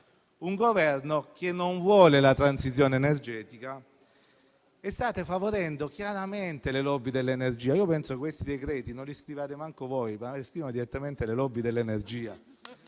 un Governo che non vuole la transizione energetica e che sta favorendo chiaramente le *lobby* dell'energia. Penso che questi decreti non li scriviate manco voi, ma vengano scritti direttamente dalle *lobby* dell'energia.